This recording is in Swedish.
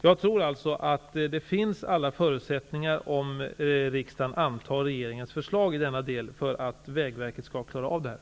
Jag tror alltså att det finns alla förutsättningar för Vägverket, om bara riksdagen antar regeringens förslag i denna del, att klara det här.